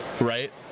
Right